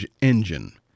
Engine